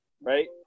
right